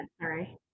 Sorry